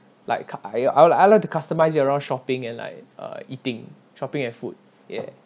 like I I'd I'd like to customize it around shopping and uh eating shopping and food ya